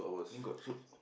then got Zouk